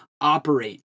operate